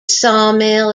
sawmill